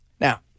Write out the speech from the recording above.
Now